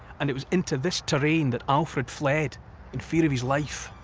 and it was into this terrain that alfred fled in fear of his life.